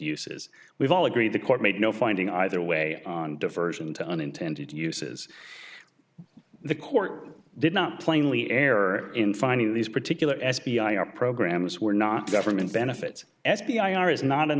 uses we've all agreed the court made no finding either way on diversion to unintended uses the court did not plainly error in finding these particular f b i our programs were not government benefits s p i are is not an